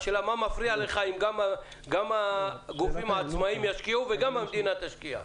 השאלה היא: מה מפריע לך אם גם הגופים העצמאים ישקיעו וגם המדינה תשקיע?